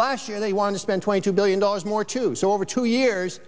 last year they want to spend twenty two billion dollars more to do so over two years